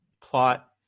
plot